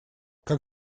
как